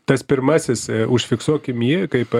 tas pirmasis užfiksuokim jį kaip